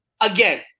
Again